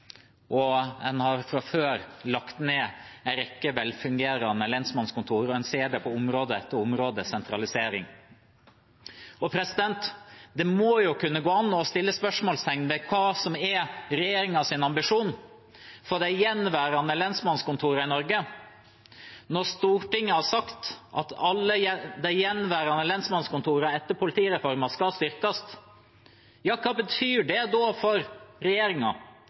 ned. En har fra før lagt ned en rekke velfungerende lensmannskontorer. En ser sentraliseringen på område etter område. Det må kunne gå an å sette spørsmålstegn ved hva som er regjeringens ambisjon for de gjenværende lensmannskontorene i Norge, når Stortinget har sagt at alle de gjenværende lensmannskontorene etter politireformen skal styrkes. Hva betyr det for